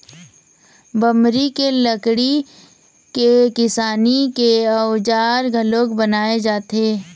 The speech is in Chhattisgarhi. बमरी के लकड़ी के किसानी के अउजार घलोक बनाए जाथे